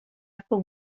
upper